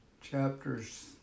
Chapters